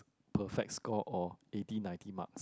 perfect score or eighty ninety marks